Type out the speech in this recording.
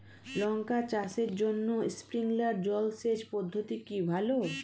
লঙ্কা চাষের জন্য স্প্রিংলার জল সেচ পদ্ধতি কি ভালো?